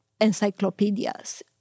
encyclopedias